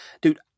dude